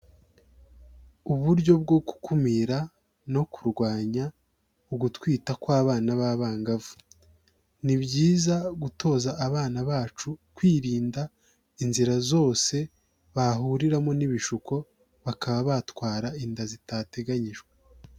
Uburyo bwo gukumira no kurwanya ugutwita kw'abana b'abangavu. Ni byiza gutoza abana bacu kwirinda inzira zose bahuriramo n'ibishuko, bakaba batwara inda zitateganyijwe.